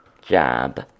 Job